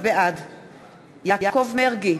בעד יעקב מרגי,